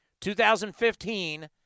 2015